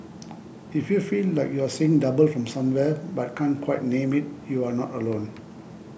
if you feel like you're seeing double from somewhere but can't quite name it you're not alone